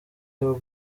your